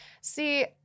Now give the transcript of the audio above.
See